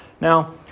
Now